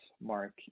mark